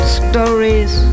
stories